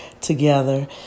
together